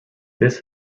this